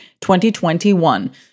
2021